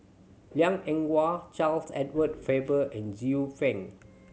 Liang Eng Hwa Charles Edward Faber and Xiu Fang